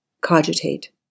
cogitate